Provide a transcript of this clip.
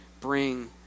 bring